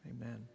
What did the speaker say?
Amen